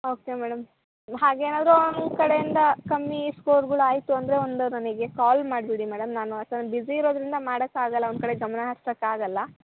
okay madam ಹಾಗೇನಾದರು ಅವ್ನ ಕಡೆಯಿಂದ ಕಮ್ಮಿ ಸ್ಕೋರ್ಗಳು ಆಯಿತು ಅಂದರೆ ಒಂದು ನನಗೆ ಕಾಲ್ ಮಾಡಿಬಿಡಿ ಮೇಡಮ್ ನಾನು ಅಷ್ಟೊಂದು ಬಿಝಿ ಇರೋದರಿಂದ ಮಾಡಕ್ಕೆ ಆಗೋಲ್ಲ ಅವ್ನ ಕಡೆ ಗಮನ ಹರ್ಸಕ್ಕೆ ಆಗೋಲ್ಲ